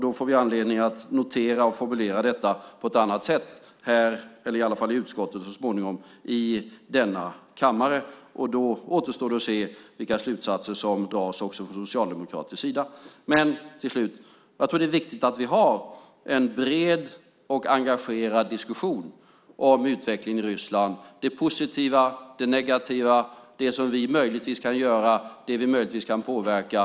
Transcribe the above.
Då får vi anledning att notera och formulera det på ett annat sätt i alla fall i utskottet och så småningom i denna kammare, och då återstår att se vilka slutsatser som dras också från socialdemokratisk sida. Slutligen: Jag tror att det är viktigt att vi har en bred och engagerad diskussion om utvecklingen i Ryssland - om det positiva, det negativa, det som vi möjligtvis kan göra och det vi möjligtvis kan påverka.